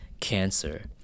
cancer